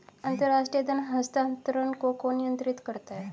अंतर्राष्ट्रीय धन हस्तांतरण को कौन नियंत्रित करता है?